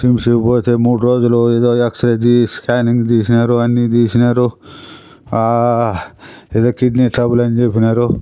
కిమ్స్కు పోతే మూడు రోజులు ఏదో ఎక్స్రే తీసి స్కానింగ్ తీసినారు అన్నీ తీసినారు ఏదో కిడ్నీ ట్రబుల్ అని చెప్పినారు